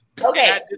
Okay